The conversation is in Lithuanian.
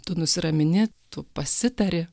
tu nusiramini tu pasitari